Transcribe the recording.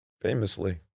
famously